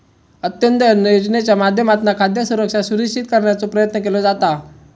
अंत्योदय अन्न योजनेच्या माध्यमातना खाद्य सुरक्षा सुनिश्चित करण्याचो प्रयत्न केलो जाता